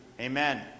Amen